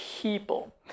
people